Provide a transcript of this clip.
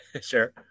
Sure